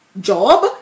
job